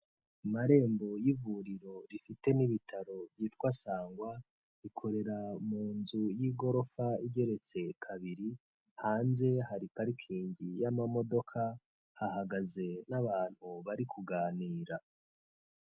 Amarembo y'ivuriro rifite n'ibitaro yitwa Sangwa ikorera mu nzu y'igorofa igeretse kabiri, hanze hari parikingi y'amamodoka, hahagaze n'abantu bari kuganira.